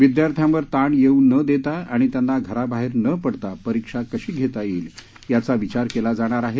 विद्यार्थ्यांवर ताण येऊ न देता आणि त्यांनी घराबाहेर न पडता परीक्षा कशी घेता येईल याचा विचार केला जाणार आहे